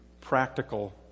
practical